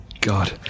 God